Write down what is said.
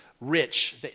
rich